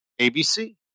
ABC